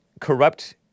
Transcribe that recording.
corrupt